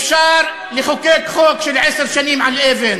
אפשר לחוקק חוק של עשר שנים על אבן,